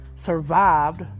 Survived